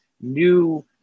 new